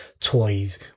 Toys